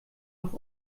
noch